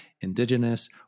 indigenous